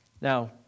Now